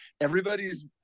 Everybody's